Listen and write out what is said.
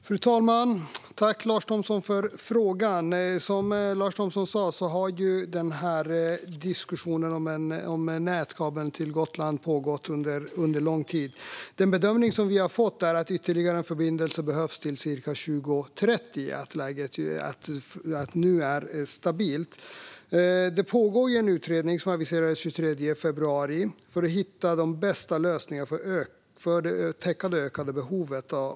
Fru talman! Tack, Lars Thomsson, för frågan! Som Lars Thomsson sa har diskussionen om en nätkabel till Gotland pågått under lång tid. Den bedömning som vi har fått är att ytterligare en förbindelse behövs till cirka 2030 och att läget nu är stabilt. Det pågår en utredning, som aviserades den 23 februari, för att hitta de bästa lösningarna för att täcka det ökade behovet.